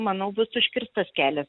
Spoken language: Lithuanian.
manau bus užkirstas kelias